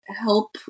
help